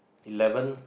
eleven